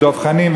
דב חנין,